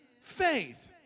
faith